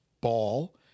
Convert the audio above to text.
ball